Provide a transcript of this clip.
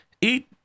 eat